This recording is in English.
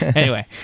anyway.